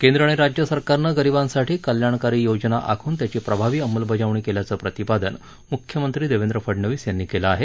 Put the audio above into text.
केंद्र आणि राज्य सरकारनं गरीबांसाठी कल्याणकारी योजना आखून त्याची प्रभावी अंमलबजावणी केल्याचं प्रतिपादन मुख्यमंत्री देवेन्द्र फडणवीस यांनी केलं आहे